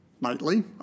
nightly